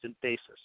basis